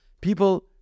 people